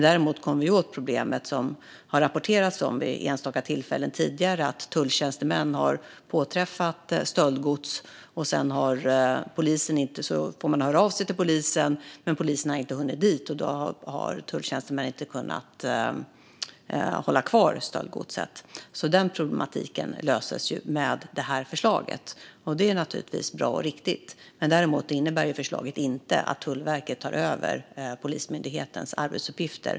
Däremot kommer vi åt problemet, som det har rapporterats om vid enstaka tillfällen tidigare, att tulltjänstemän har påträffat stöldgods. Sedan får de höra av sig till polisen, men polisen har inte hunnit dit. Då har tulltjänstemännen inte kunnat hålla kvar stöldgodset. Den problematiken löses med det här förslaget. Det är naturligtvis bra och riktigt. Däremot innebär förslaget inte att Tullverket tar över Polismyndighetens arbetsuppgifter.